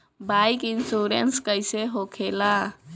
Bike insurance कैसे होखे ला?